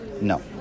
No